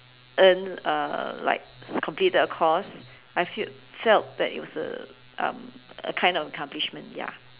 earn uh like complete the course I feel felt that it was a um a kind of accomplishment ya